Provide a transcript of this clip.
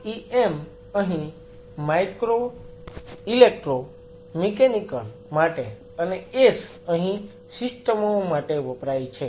MEM અહીં micro electro mechanical માટે અને S અહી સિસ્ટમો માટે વપરાય છે